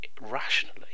rationally